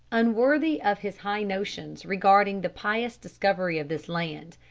unworthy of his high notions regarding the pious discovery of this land.